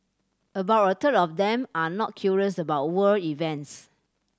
about a third of them are not curious about world events